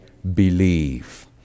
Believe